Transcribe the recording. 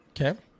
Okay